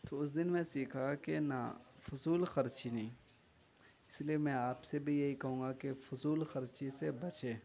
تو اس دن میں سیکھا کہ نا فضول خرچی نہیں اس لیے میں آپ سے بھی یہی کہوں گا کہ فضول خرچی سے بچیں